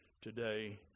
today